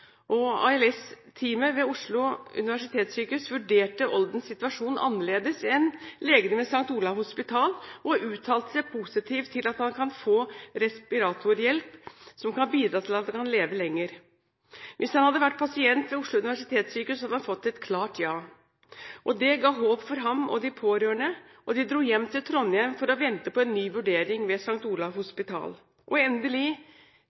ved Oslo universitetssykehus vurderte Oldens situasjon annerledes enn legene ved St. Olavs Hospital og uttalte seg positive til at han kan få respiratorhjelp, som kan bidra til at han kan leve lenger. Hvis han hadde vært pasient ved Oslo universitetssykehus, hadde han fått et klart ja. Det ga håp for ham og de pårørende, og de dro hjem til Trondheim for å vente på en ny vurdering ved St. Olavs Hospital. Endelig, tirsdag den 9. april var det et møte mellom ham og